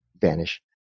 vanish